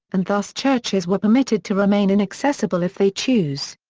and thus churches were permitted to remain inaccessible if they choose.